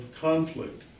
conflict